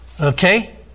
Okay